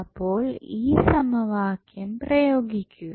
അപ്പോൾ ഈ സമവാക്യം പ്രയോഗിക്കുക